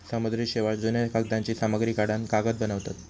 समुद्री शेवाळ, जुन्या कागदांची सामग्री काढान कागद बनवतत